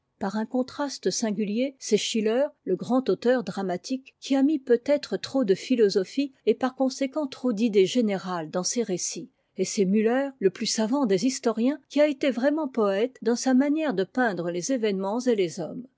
par un contraste singulier c'est schiller le grand auteur dramatique qui a mis peut-être trop de philosophie et par conséquent trop d'idées générales dans ses récits et c'est müller le plus savant des historiens qui a été vraiment poëte dans sa manière de peindre les événements et les hommes